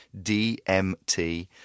DMT